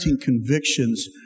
convictions